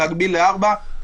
להגביל לארבעה.